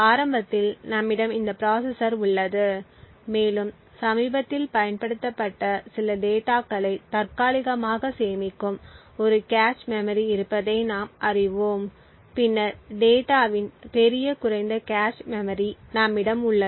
ஆரம்பத்தில் நம்மிடம் இந்த ப்ராசசர் உள்ளது மேலும் சமீபத்தில் பயன்படுத்தப்பட்ட சில டேட்டாகளை தற்காலிகமாக சேமிக்கும் ஒரு கேச் மெமரி இருப்பதை நாம் அறிவோம் பின்னர் டேட்டாவின் பெரிய குறைந்த கேச் மெமரி நம்மிடம் உள்ளது